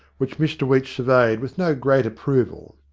which mr weech surveyed with no great approval.